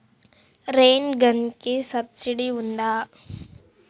Rain గన్కి subsidy ఉందా?